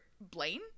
Blaine